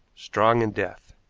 strong in death.